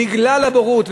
בגלל הבורות,